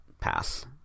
pass